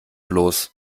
bloß